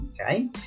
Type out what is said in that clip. okay